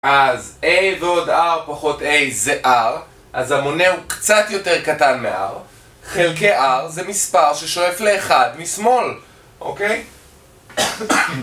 אז a ועוד r פחות a זה r, אז המונה הוא קצת יותר קטן מ-r, חלקי r זה מספר ששואף לאחד משמאל, אוקיי?